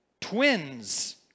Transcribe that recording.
twins